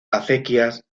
acequias